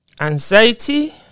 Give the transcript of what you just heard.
Anxiety